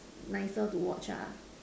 nicer to watch